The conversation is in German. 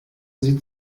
sie